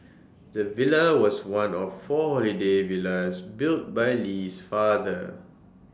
the villa was one of four holiday villas built by Lee's father